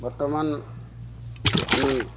বৰ্তমান আমি